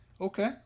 Okay